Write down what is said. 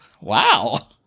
Wow